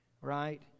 Right